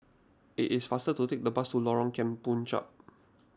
it is faster to take the bus to Lorong Kemunchup